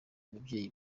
ababyeyi